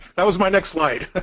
that was my next slide!